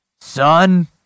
Son